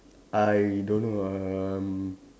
I don't know um